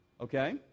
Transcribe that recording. okay